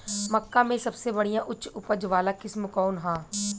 मक्का में सबसे बढ़िया उच्च उपज वाला किस्म कौन ह?